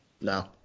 No